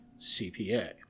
CPA